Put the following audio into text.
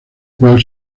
cual